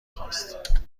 خواست